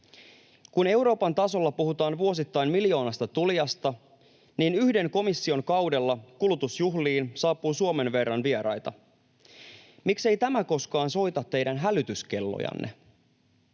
Kun Euroopan tasolla puhutaan vuosittain miljoonasta tulijasta, niin yhden komission kaudella kulutusjuhliin saapuu Suomen verran vieraita. Miksei tämä koskaan soita teidän hälytyskellojanne?